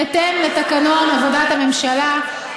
בהתאם לתקנון עבודת הממשלה,